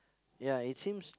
ya it seems